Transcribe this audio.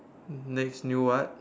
next new what